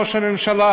ראש הממשלה,